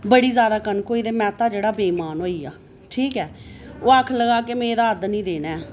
बड़ी ज्यादा कनक होई ते मैह्ता जेह्ड़ा बेईमान होई गेआ ठीक ऐ ओह् आक्खन लग्गा कि में एह्दा अद्ध निं देना ऐ